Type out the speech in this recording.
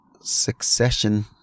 succession